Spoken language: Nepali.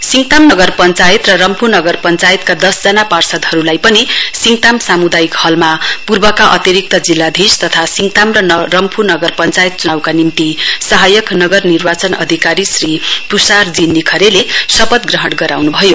सिङताम नगर पञ्चायत र रम्फू नगर पञ्चायतका दशजना पार्षदहरुलाई पनि सिङताम साम्दायिक हलमा पूर्वका अतिरिक्त जिल्लाधीश तथा सिङताम र रम्फू नगर पञ्चायत च्नाउका निम्ति सहायक नगर निर्वाचन अधिकारी श्री त्षार जी निखरेले शपथ ग्रहण गराउन्भयो